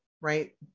right